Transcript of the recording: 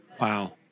Wow